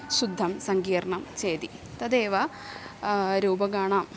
शुद्धं सङ्कीर्णं चेति तदेव रूपकाणां